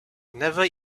never